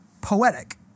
poetic